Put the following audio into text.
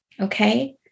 okay